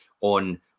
on